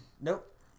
Nope